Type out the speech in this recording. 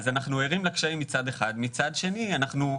מצד אחד, אנחנו ערים לקשיים, ומצד שני אנחנו,